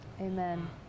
Amen